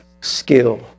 skill